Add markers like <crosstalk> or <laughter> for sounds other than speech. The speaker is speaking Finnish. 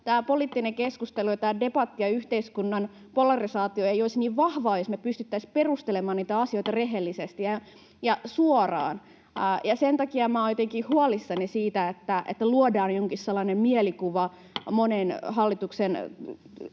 tämä poliittinen keskustelu ja tämä debatti ja yhteiskunnan polarisaatio eivät olisi niin vahvoja, jos me pystyttäisiin perustelemaan niitä asioita rehellisesti ja suoraan. <noise> Sen takia minä olen jotenkin huolissani siitä, <noise> että luodaan sellainen mielikuva monen hallituksen